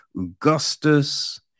Augustus